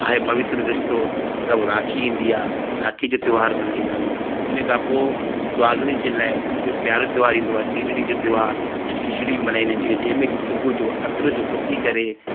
आहे पवित्र रिश्तो उन खां पोइ राखी ईंदी आहे राखी जो त्योहारु मल्हाईंदा आहियूं उन खां पोइ सुहाॻिणियुनि जे लाइ एॾो प्यारो त्योहारु ईंदो आहे टीजड़ी जो त्योहारु टीजड़ी बि मल्हाईंदा आहिनि जंहिंमें की सुबूह जो असुर जो उथी करे